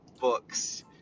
books